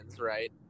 right